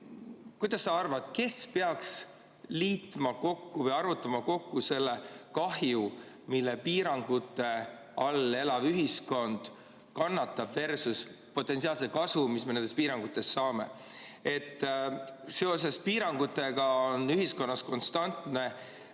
Kuidas sa arvad, kes peaks liitma kokku või arvutama kokku selle kahju, mida piirangute all elav ühiskond peab kandma, versuspotentsiaalne kasu, mis me nendest piirangutest saame? Seoses piirangutega on ühiskonnas konstantne